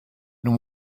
and